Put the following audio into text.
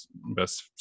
best